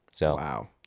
Wow